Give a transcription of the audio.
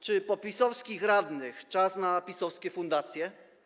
Czy po PiS-owskich radnych czas na PiS-owskie fundacje?